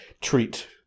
treat